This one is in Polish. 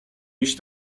iść